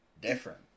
different